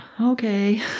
Okay